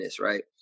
right